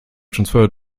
transferred